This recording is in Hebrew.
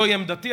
זוהי עמדתי.